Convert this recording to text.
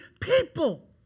people